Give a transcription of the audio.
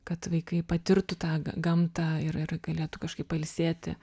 kad vaikai patirtų tą ga gamtą ir ir galėtų kažkaip pailsėti